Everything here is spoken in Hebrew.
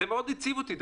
וזה מאוד העציב אותי.